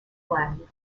lang